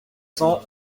cent